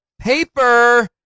paper